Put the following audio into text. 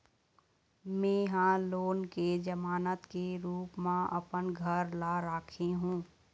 में ह लोन के जमानत के रूप म अपन घर ला राखे हों